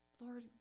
Lord